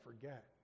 forget